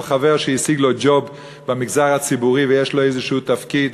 חבר שהשיג לו ג'וב במגזר הציבורי ויש לו איזשהו תפקיד